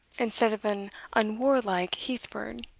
instead of an unwarlike heath-bird.